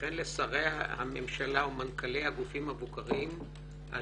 וכן לשרי הממשלה ומנכ"לי הגופים המבוקרים על